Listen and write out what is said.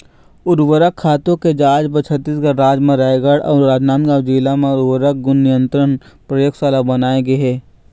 उरवरक खातू के जांच बर छत्तीसगढ़ राज म रायगढ़ अउ राजनांदगांव जिला म उर्वरक गुन नियंत्रन परयोगसाला बनाए गे हे